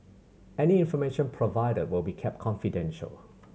any information provided will be kept confidential